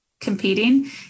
competing